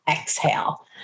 exhale